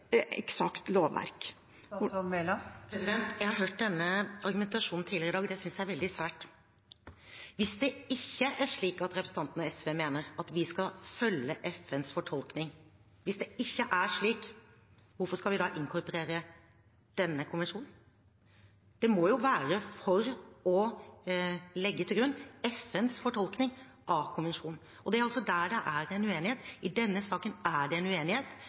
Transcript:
eksakt lovverk. Jeg har hørt denne argumentasjonen tidligere i dag, og det synes jeg er veldig sært. Hvis det ikke er slik at representanten og SV mener at vi skal følge FNs fortolkning, hvis det ikke er slik, hvorfor skal vi da inkorporere denne konvensjonen? Det må jo være for å legge til grunn FNs fortolkning av konvensjonen. Og det er der det er en uenighet. I denne saken er det en uenighet.